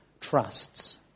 trusts